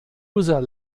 user